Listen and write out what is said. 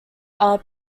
are